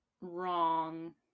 wrong